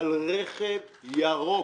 על רכב ירוק